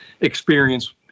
experience